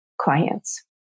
clients